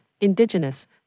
Indigenous